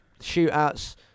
Shootouts